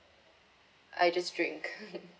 I just drink